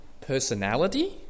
personality